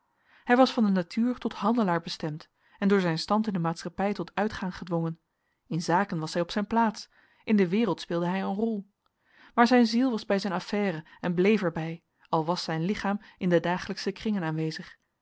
hij was van de natuur tot handelaar bestemd en door zijn stand in de maatschappij tot uitgaan gedwongen in zaken was hij op zijn plaats in de wereld speelde hij een rol maar zijn ziel was bij zijn affaire en bleef er bij al was zijn lichaam in de dagelijksche kringen aanwezig